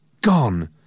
gone